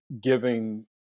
giving